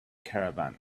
caravan